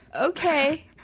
Okay